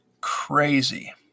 crazy